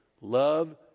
love